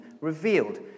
revealed